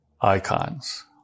icons